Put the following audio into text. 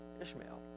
Ishmael